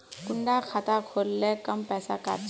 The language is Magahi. कुंडा खाता खोल ले कम पैसा काट छे?